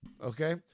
Okay